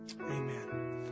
amen